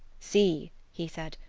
see, he said,